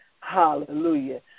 Hallelujah